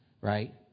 Right